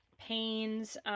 pains